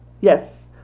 Yes